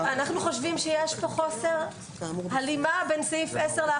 חושבים שיש פה חוסר הלימה בין סעיף 10 ל-11.